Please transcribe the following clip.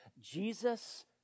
Jesus